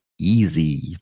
easy